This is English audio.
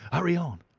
hurry on!